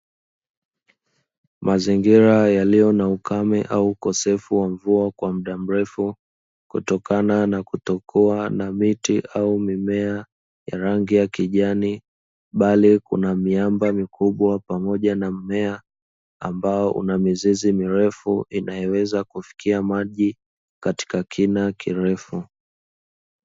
Mazingira yaliyo na ukame au ukosefu wa mvua kwa muda mrefu kutokana na kutokuwa na miti au mimea ya rangi ya kijani, bali kuna miamba mikubwa pamoja na mmea ambao una mizizi mirefu inayoweza kufikia maji katika kila kirefu.